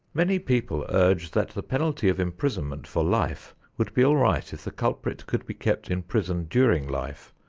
many people urge that the penalty of imprisonment for life would be all right if the culprit could be kept in prison during life,